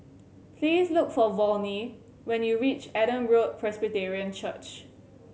please look for Volney when you reach Adam Road Presbyterian Church